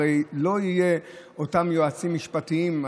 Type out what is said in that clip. הרי לא יהיו אותם יועצים משפטיים,